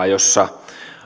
jossa